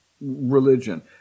religion